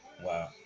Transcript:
Wow